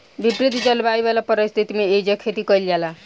विपरित जलवायु वाला परिस्थिति में एइजा खेती कईल जाला